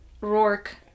Rourke